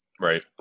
right